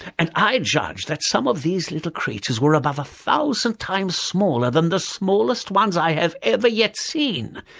and i judge that some of these little creatures were above a thousand times smaller than the smallest ones i have ever yet seen,